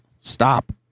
stop